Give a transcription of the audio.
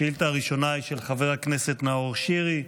השאילתה הראשונה היא של חבר הכנסת נאור שירי,